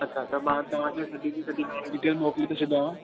अच्छा त मां तव्हांखे डिटैल मोकिले थो छॾियांव